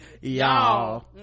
y'all